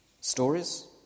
Stories